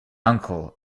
uncle